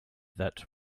that